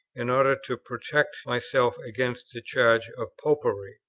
in order to protect myself against the charge of popery.